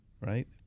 right